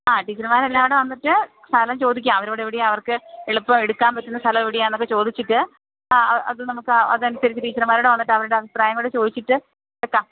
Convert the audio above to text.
ആ ടീച്ചര്മാരെല്ലാം കൂടെ വന്നിട്ട് സ്ഥലം ചോദിക്കാം അവരോട് എവിടെയാണ് അവർക്ക് എളുപ്പം എടുക്കാന് പറ്റുന്ന സ്ഥലം എവിടെയാണെന്നൊക്കെ ചോദിച്ചിട്ട് ആ അത് നമുക്ക് അതനുസരിച്ച് ടീച്ചർമാര് കൂടെ വന്നിട്ട് അവരുടെ അഭിപ്രായവും കൂടെ ചോദിച്ചിട്ട് വെയ്ക്കാം